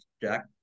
Jack